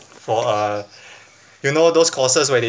for uh you know those courses where it